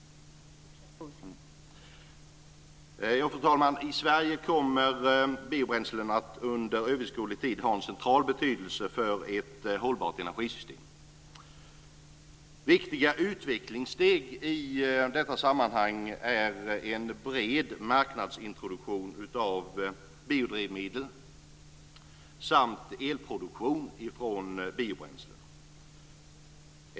I Sverige kommer biobränslen under överskådlig tid att ha en central betydelse för ett hållbart energisystem. Viktiga utvecklingssteg i detta sammanhang är en bred marknadsintroduktion av biodrivmedel samt elproduktion från biobränslen.